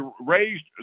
raised